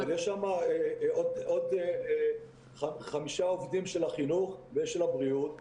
אבל יש שם עוד חמישה עובדים של החינוך ויש של בריאות,